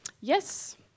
Yes